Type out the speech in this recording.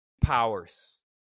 powers